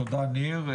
תודה ניר.